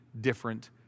different